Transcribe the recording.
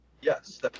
Yes